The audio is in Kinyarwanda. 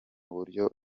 buryo